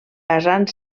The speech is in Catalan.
basant